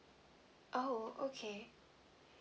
oh okay